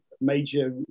major